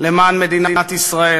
למען מדינת ישראל: